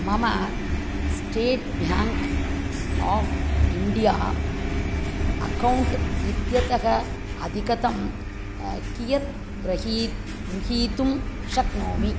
मम state bank of India account इत्यतः अधिकतमं कियत् ग्रही गृहीतुं शक्नोमि